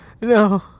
No